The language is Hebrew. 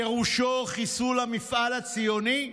פירושו חיסול המפעל הציוני?